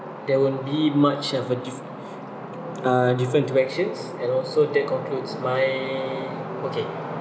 there won't be much of a diff~ uh different direction and also that concludes my okay